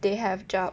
they have job